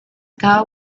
ago